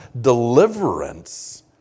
deliverance